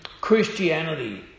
Christianity